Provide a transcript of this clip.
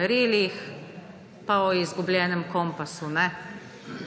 merilih pa o izgubljenem kompasu